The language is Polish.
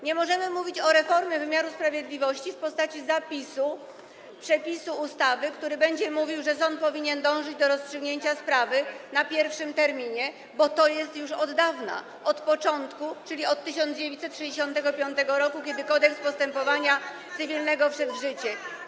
Nie możemy mówić o reformie wymiaru sprawiedliwości w postaci przepisu ustawy, który będzie mówić, że sąd powinien dążyć co rozstrzygnięcia sprawy w pierwszym terminie, bo to jest już od dawna, od początku, czyli od 1965 r., kiedy Kodeks postępowania cywilnego wszedł w życie.